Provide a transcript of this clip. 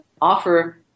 offer